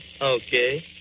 Okay